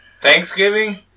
Thanksgiving